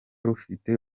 rufite